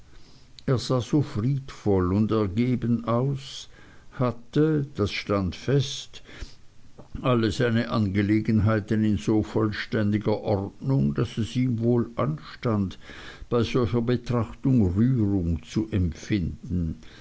er sah so friedvoll und ergeben aus hatte das stand fest alle seine angelegenheiten in so vollständiger ordnung daß es ihm wohl anstand bei solcher betrachtung rührung zu empfinden